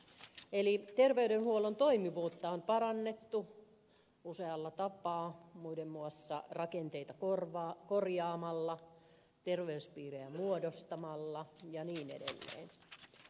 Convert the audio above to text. eli terveydenhuollon toimivuutta on parannettu usealla tapaa muiden muassa rakenteita korjaamalla terveyspiirejä muodostamalla ja niin edelleen